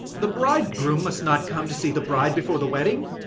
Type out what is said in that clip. the bridegroom must not come to see the bride before the wedding.